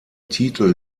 titel